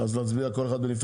אז להצביע על כל אחד בנפרד?